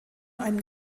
einen